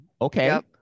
Okay